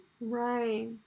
right